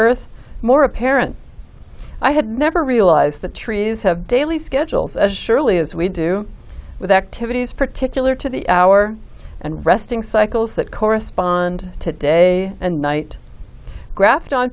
earth more apparent i had never realized the trees have daily schedules as surely as we do with activities particular to the hour and resting cycles that correspond to day and night gra